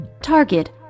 Target